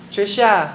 Trisha